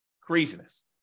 Craziness